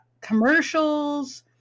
commercials